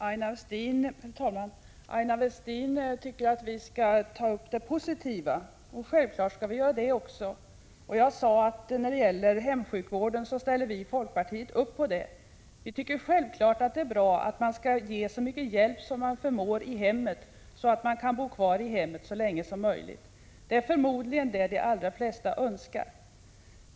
Herr talman! Aina Westin tycker att vi skall ta upp det positiva, och självfallet skall vi göra det också. Jag sade att hemsjukvården ställer vi i folkpartiet upp på. Vi tycker naturligtvis att det är bra att man ger så mycken hjälp man förmår i hemmet, så att de äldre kan bo kvar där så länge som möjligt. Förmodligen är det detta de allra flesta önskar.